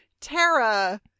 Tara